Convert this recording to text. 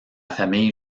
famille